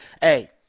Hey –